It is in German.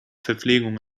verpflegung